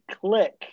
click